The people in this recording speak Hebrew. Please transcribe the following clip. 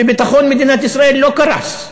וביטחון מדינת ישראל לא קרס.